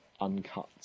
uncut